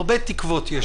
הרבה תקוות יש.